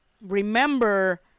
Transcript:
remember